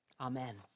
Amen